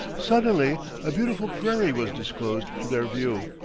suddenly a beautiful prairie was disclosed to their view.